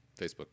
Facebook